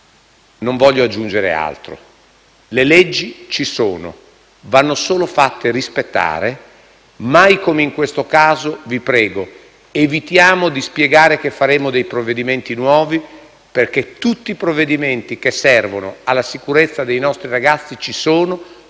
Non voglio aggiungere altro. Le leggi ci sono, vanno solo fatte rispettare. Mai come in questo caso, vi prego di evitare di spiegare che faremo dei provvedimenti nuovi perché tutti i provvedimenti che servono alla sicurezza dei nostri ragazzi ci sono.